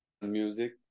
music